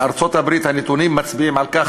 בארצות-הברית הנתונים מצביעים על כך